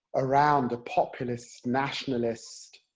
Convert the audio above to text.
around the populist, nationalist,